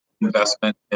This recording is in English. investment